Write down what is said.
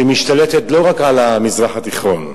שמשתלטת לא רק על המזרח התיכון,